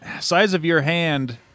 size-of-your-hand